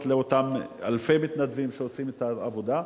לאותם אלפי מתנדבים שעושים את העבודה,